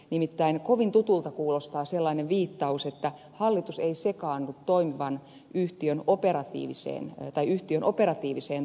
nimittäin kovin tutulta kuulostaa sellainen viittaus että hallitus ei sekaannu yhtiön operatiiviseen toimintaan